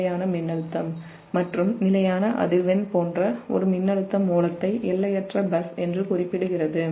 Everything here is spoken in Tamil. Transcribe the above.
நிலையான மின்னழுத்தம் மற்றும் நிலையான அதிர்வெண் போன்ற ஒரு மின்னழுத்த மூலத்தை எல்லையற்ற பஸ் என்று குறிப்பிடப்படுகிறது